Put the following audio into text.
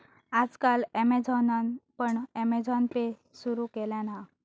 आज काल ॲमेझॉनान पण अँमेझॉन पे सुरु केल्यान हा